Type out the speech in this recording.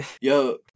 Yo